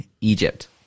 Egypt